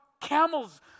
camels